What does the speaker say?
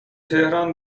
تهران